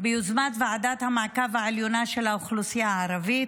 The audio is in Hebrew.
ביוזמת ועדת המעקב העליונה של האוכלוסייה הערבית,